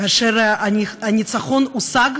כאשר הניצחון הושג,